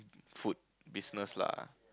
food business lah